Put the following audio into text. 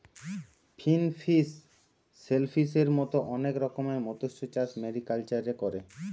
finfish, শেলফিসের মত অনেক রকমের মৎস্যচাষ মেরিকালচারে করে